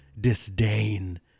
disdain